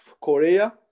Korea